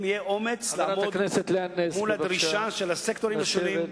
אם יהיה אומץ לעמוד מול הדרישה של הסקטורים השונים,